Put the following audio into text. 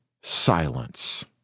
silence